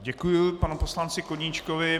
Děkuji panu poslanci Koníčkovi.